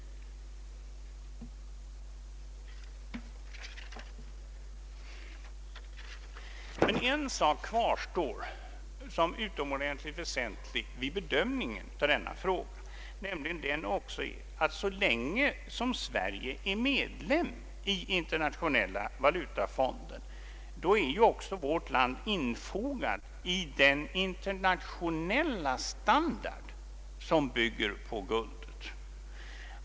En sak kvarstår som utomordentligt väsentlig vid bedömningen av denna fråga, nämligen att så länge som Sverige är medlem i Internationella valutafonden är också vårt land infogat i den internationella standard som bygger på guldet.